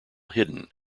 hidden